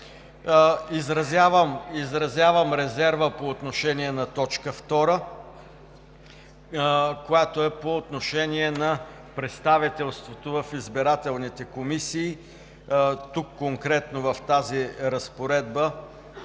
Изразявам резерва по отношение на т. 2, която е по отношение на представителството в избирателните комисии, тук конкретно в тази разпоредба